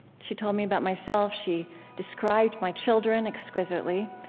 she told me about myself, she described my children exquisitely.